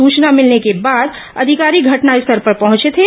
सुचना मिलने के बाद अधिकारी घटनास्थल पर पहुंचे थे